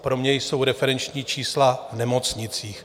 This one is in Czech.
Pro mě jsou referenční čísla v nemocnicích.